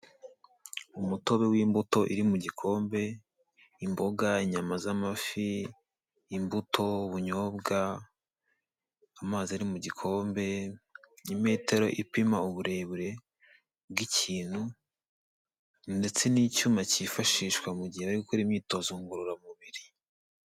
Umutobe w'imbuto iri mu gikombe, imboga, inyama z'amafi, imbuto, ubunyobwa, amazi ari mu gikombe, imetero ipima uburebure bw'ikintu ndetse n'icyuma kifashishwa mu gihe bari gukora imyitozo ngororamubiri.